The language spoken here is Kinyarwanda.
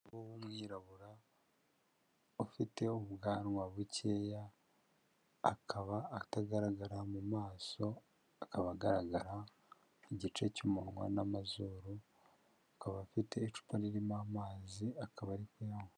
Umu w' umwirabura, ufite ubwanwa bukeya, akaba atagaragara mu maso, akaba agaragara igice cy'umunwa n'amazuru, akaba afite icupa ririmo amazi akaba ari kanywa.